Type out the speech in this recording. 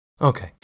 Okay